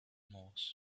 mars